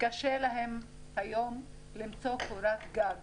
קשה להם היום למצוא קורת גג,